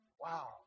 Wow